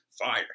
fire